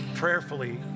prayerfully